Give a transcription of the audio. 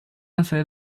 伴随